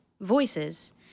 voices